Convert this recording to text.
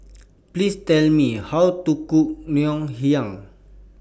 Please Tell Me How to Cook Ngoh Hiang